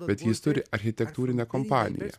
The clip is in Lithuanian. bet jis turi architektūrinę kompaniją